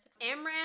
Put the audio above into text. Amran